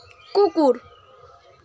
কুকুর